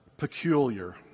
peculiar